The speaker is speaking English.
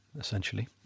essentially